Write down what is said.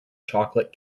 chocolate